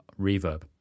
reverb